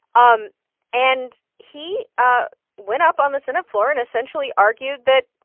um and he ah went up on the senate floor and, essentially, argued that,